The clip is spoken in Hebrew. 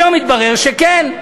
היום התברר שכן.